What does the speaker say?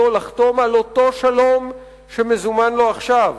לחתום על אותו שלום שמזומן לו עכשיו,